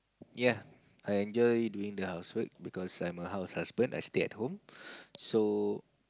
yea I enjoy doing the housework because I'm a house husband I stay at home so